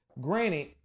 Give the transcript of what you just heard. Granted